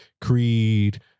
Creed